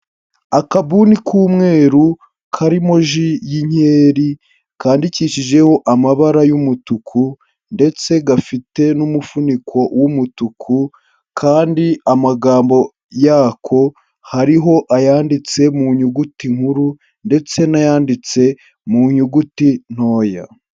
Akabuni k'umweru karimo ji y'inkeri, kandikishijeho amabara y'umutuku ndetse gafite n'umufuniko w'umutuku, kandi amagambo yako hariho ayanditse mu nyuguti nkuru ndetse n'ayanditse mu nyuguti ntoya.